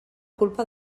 culpa